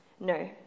No